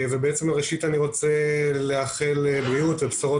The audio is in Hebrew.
בראשית אני רוצה לאחל בריאות ובשורות